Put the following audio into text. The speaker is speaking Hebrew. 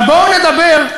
אבל בואו נדבר,